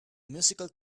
musical